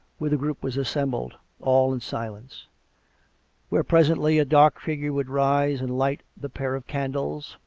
where the group was assembled, all in silence where presently a dark figure would rise and light the pair of candles,